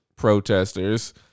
protesters